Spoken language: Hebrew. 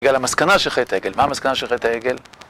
יגאל, המסקנה של חטא העגל, מה המסקנה של חטא העגל?